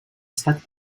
estat